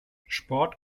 sport